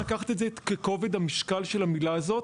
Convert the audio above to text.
צריך לקחת את זה בכול כובד המשקל של המילה הזאת,